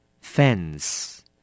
fence